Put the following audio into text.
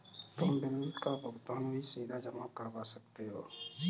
तुम बिल का भुगतान भी सीधा जमा करवा सकते हो